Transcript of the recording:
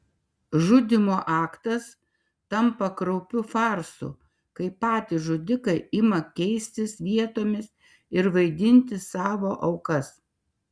žudymo aktas tampa kraupiu farsu kai patys žudikai ima keistis vietomis ir vaidinti savo aukas